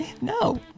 No